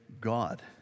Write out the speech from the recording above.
God